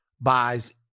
buys